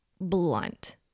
blunt